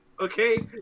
Okay